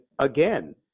again